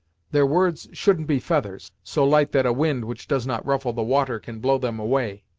their words shouldn't be feathers, so light that a wind which does not ruffle the water can blow them away.